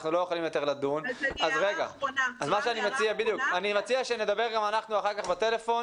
לא יכולים יותר לדון אז מה שאני מציע שנדבר גם אנחנו אחר כך בטלפון,